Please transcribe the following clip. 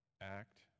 act